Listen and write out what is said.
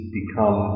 become